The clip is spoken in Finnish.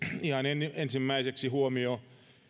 ihan ensimmäiseksi huomio